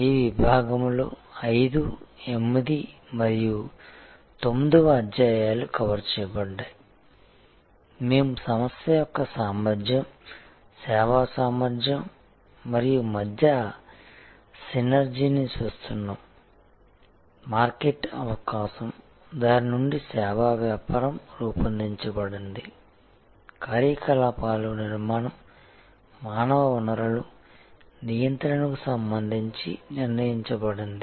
ఈ విభాగంలో 5 8 మరియు 9 అధ్యాయాలు కవర్ చేయబడ్డాయి మేము సంస్థ యొక్క సామర్ధ్యం సేవా సామర్థ్యం మరియు మధ్య సినర్జీని చూస్తున్నాము మార్కెట్ అవకాశం దాని నుండి సేవా వ్యాపారం రూపొందించబడింది కార్యకలాపాలు నిర్మాణం మానవ వనరులు నియంత్రణకు సంబంధించి నిర్ణయించబడింది